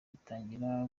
itangira